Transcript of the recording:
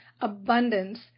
abundance